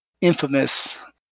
infamous